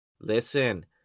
Listen